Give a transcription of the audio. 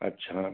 अच्छा